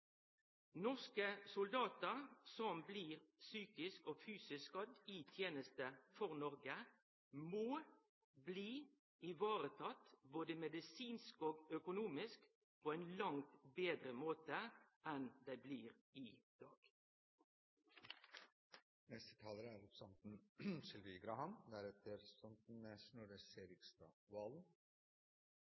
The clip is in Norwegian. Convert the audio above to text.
Norske soldatar som blir psykisk og fysisk skadde i teneste for Noreg, må bli ivaretatt, både medisinsk og økonomisk, på ein langt betre måte enn dei blir i